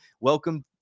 welcome